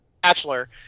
bachelor